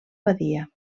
badia